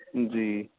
جی